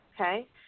Okay